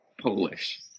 Polish